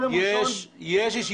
כל יום ראשון מתקיימת ישיבת ממשלה.